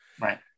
Right